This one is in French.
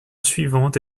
suivante